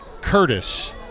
Curtis